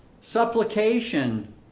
Supplication